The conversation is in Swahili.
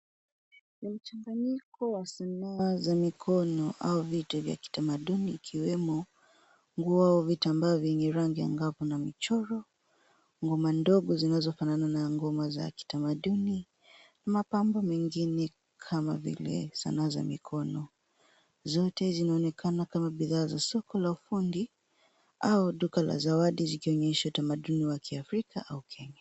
Ni mchanganyiko wa sanaa za mikono au vitu vya kitamaduni ikiwemo nguo au vitamba vyenye rangi angavu na michoro ngoma ndogo zinazofana na ngoma za kitamaduni na mapambo menigne kama vile sanaa za mikono. Zote zinaonekana kama bidhaa za soko la ufundi au duka la zawadi zikionyesha utamaduni wa kiafrika au Kenya.